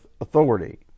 authority